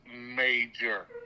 major